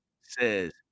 says